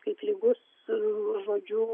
kaip lygus žodžiu